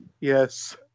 Yes